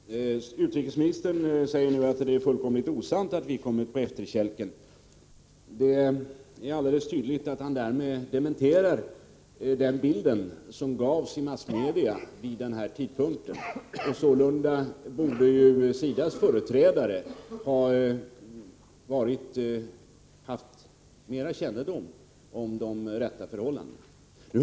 Fru talman! Utrikesministern säger nu att det är osant att vi har kommit på efterkälken. Det är alldeles tydligt att han vill dementera den bild som gavs i massmedia vid den nämnda tidpunkten. SIDA:s företrädare borde då haft bättre kännedom om de rätta förhållandena.